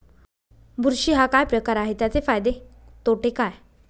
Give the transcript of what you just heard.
बुरशी हा काय प्रकार आहे, त्याचे फायदे तोटे काय?